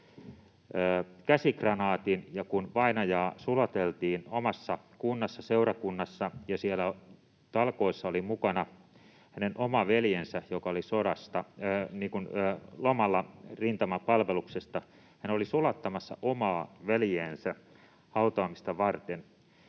sitten vainajaa sulateltiin omassa seurakunnassa, siellä talkoissa oli mukana hänen oma veljensä, joka oli lomalla rintamapalveluksesta. Hän oli sulattamassa omaa veljeänsä hautaamista varten.